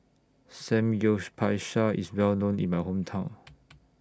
IS Well known in My Hometown